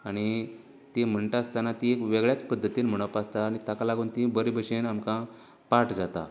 णी ती म्हणटा आसतना ती एक वेगळ्याच पध्दतीन म्हणप आसता आनी ताका लागून ती बरें बशेन आमकां पाठ जातात